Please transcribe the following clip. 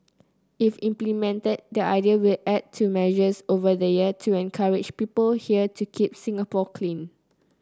if implemented the idea will add to measures over the years to encourage people here to keep Singapore clean